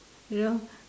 you know